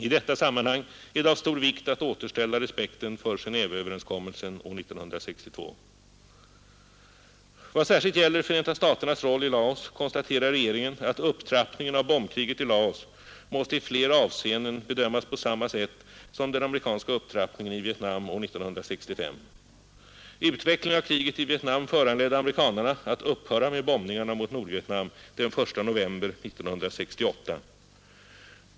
I detta sammanhang är det av stor vikt att återställa respekten för Genéveöverenskommelsen år 1962. Vad särskilt gäller Förenta staternas roll i Laos konstaterar regeringen, att upptrappningen av bombkriget i Laos måste i flera avseenden bedömas på samma sätt som den amerikanska upptrappningen i Vietnam år 1965. Utvecklingen av kriget i Vietnam föranledde amerikanerna att upphöra med bombningarna mot Nordvietnam den 1 november 1968.